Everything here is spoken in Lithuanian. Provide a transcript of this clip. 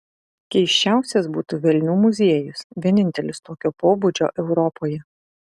keisčiausias būtų velnių muziejus vienintelis tokio pobūdžio europoje